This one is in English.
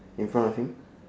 in front if him